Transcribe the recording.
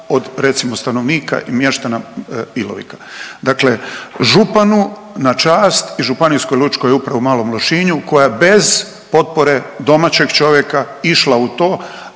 od recimo stanovnika i mještana Ilovika. Dakle, županu na čast i županijskoj lučkoj upravi u Malom Lošinju koja bez potpore domaćeg čovjeka išla u to,